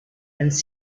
and